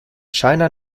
china